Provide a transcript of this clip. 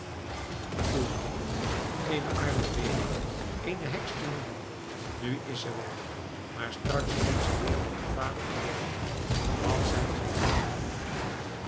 foei kind eene arme weduwe eene heks te noemen nu is ze weg maar straks komt ze weer met je vader terug wat zijt gij koud